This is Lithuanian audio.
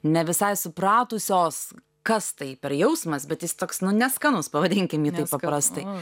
ne visai supratusios kas tai per jausmas bet jis toks neskanus pavadinkim jį taip paprastai